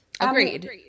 Agreed